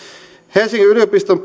helsingin yliopiston